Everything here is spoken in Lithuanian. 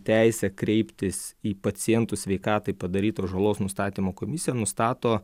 teisę kreiptis į pacientų sveikatai padarytos žalos nustatymo komisiją nustato